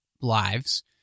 lives